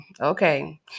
okay